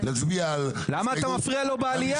נצביע על הסתייגות 55. למה אתה מפריע לו בעלייה?